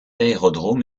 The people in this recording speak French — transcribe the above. aérodrome